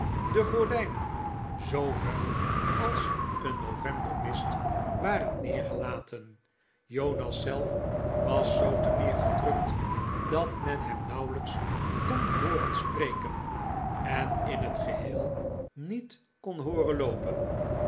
de gordijnen zoo vuil als een novembermist waren neergelaten jonas zelf was zoo terneergedrukt dat men hem hauwelijks kon hooren spreken en in het geheel niet kon hooren loopen